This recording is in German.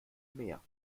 mehr